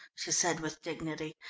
she said with dignity,